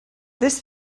this